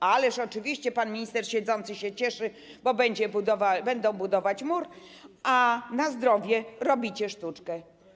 Ależ oczywiście pan minister siedzący się cieszy, bo będzie budowa, będą budować mur, a na zdrowie robicie sztuczkę.